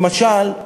למשל,